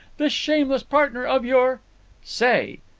this shameless partner of your say!